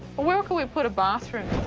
where could we put a bathroom?